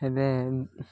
ହେବେ